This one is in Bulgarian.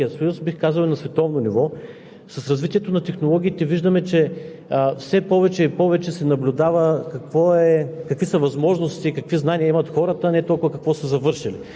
Що се отнася до това, че 30% от младите хора не работят по специалността си, това е една тенденция, която не е нова за България, не е нова за Европейския съюз, бих казал и на световно ниво.